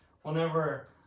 Whenever